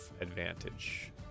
advantage